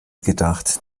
gedacht